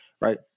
right